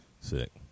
Sick